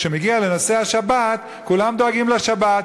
כשזה מגיע לנושא השבת, כולם דואגים לשבת.